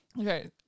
Okay